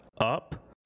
up